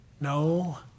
No